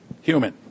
human